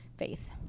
faith